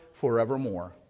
forevermore